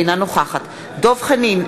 אינה נוכחת דב חנין,